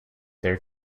their